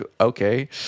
okay